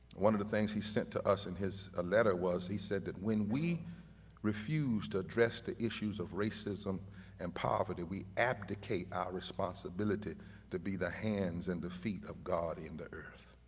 one of the things he said to us in his ah letter was, he said that when we refused to address the issues of racism and poverty, we abdicate our responsibility to be the hands and the feet of god in the earth.